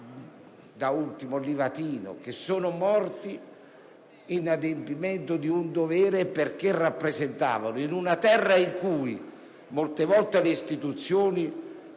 da ultimo Livatino, morti nell'adempimento del dovere, perché rappresentavano, in una terra in cui molte volte le istituzioni